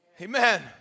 Amen